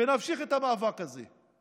ונמשיך את המאבק הזה.